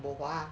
bo hua